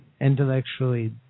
intellectually